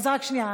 אז רק רגע.